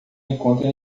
encontra